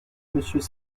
monsieur